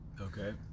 Okay